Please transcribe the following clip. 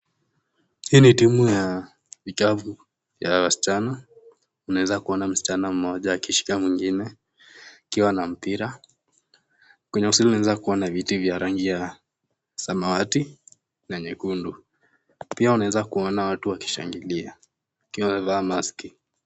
Hii ni timu ya vikapu ya wasichana. Unaeza kuona msichana mmoja akishika mwingine akiwa na mpira. Kwenye usuli unaeza kuona viti vya rangi ya samawati na nyekundu. Pia unaeza kuona watu wakishangilia wakiwa wamevaa maski .